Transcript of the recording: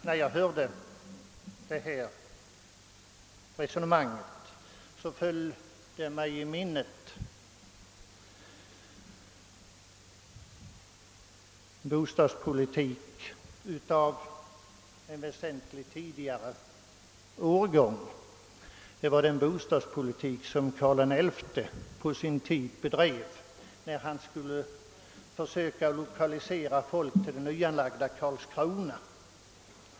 När jag hörde detta resonemang drog jag mig till minnes en bostadspolitik av väsentligt tidigare årgång, den bostadspolitik som Karl XI förde när han försökte lokalisera folk till det nyanlagda Karlskrona.